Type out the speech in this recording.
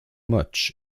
much